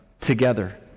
together